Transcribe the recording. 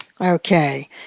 Okay